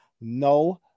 No